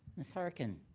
miss harkins.